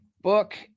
book